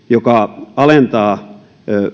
joka